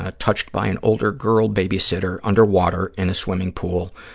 ah touched by an older girl babysitter underwater in a swimming pool.